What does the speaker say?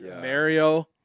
Mario